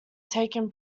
taken